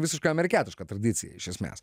visiškai amerikietiška tradicija iš esmės